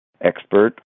expert